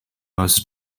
most